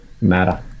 matter